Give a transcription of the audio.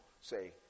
Say